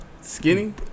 Skinny